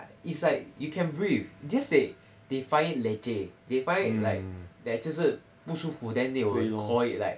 it's like you can breathe just that they find it leceh they find it like like 就是不舒服 then they will call it like